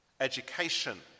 education